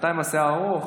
אתה עם השיער הארוך,